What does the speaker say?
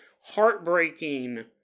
heartbreaking